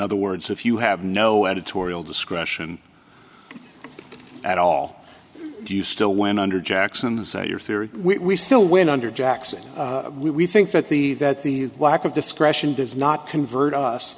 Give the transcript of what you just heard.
other words if you have no editorial discretion at all do you still went under jackson's or your theory we still win under jackson we think that the that the lack of discretion does not convert us